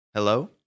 Hello